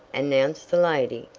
announced the lady,